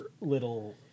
little